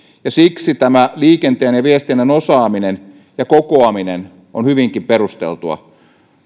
ja siksi tämä liikenteen ja viestinnän osaaminen ja kokoaminen on hyvinkin perusteltua